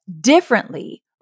differently